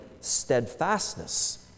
steadfastness